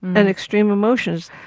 and extreme emotions.